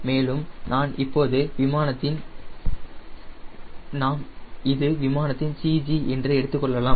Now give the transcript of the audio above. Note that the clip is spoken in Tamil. மேலும் நாம் இது விமானத்தின் CG என்று எடுத்துக்கொள்ளலாம்